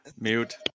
Mute